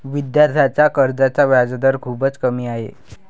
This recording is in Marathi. विद्यार्थ्यांच्या कर्जाचा व्याजदर खूपच कमी आहे